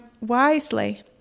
wisely